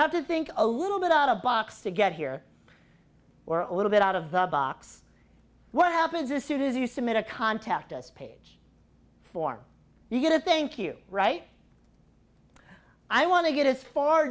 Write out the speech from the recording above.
have to think a little bit out of box to get here or a little bit out of the box what happens as soon as you submit a contact us page form you get a thank you right i want to get as far